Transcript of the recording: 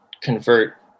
convert